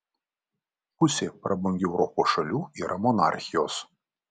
pusė prabangių europos šalių yra monarchijos